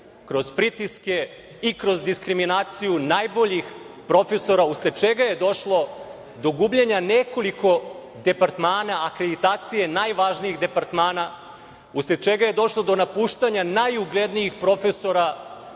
kroz pritiske i kroz27/2 GD/MJdiskriminaciju najboljih profesora, usled čega je došlo do gubljenja nekoliko departmana akreditacije najvažnijih departmana, usled čega je došlo do napuštanja najuglednijih profesora